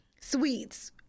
sweets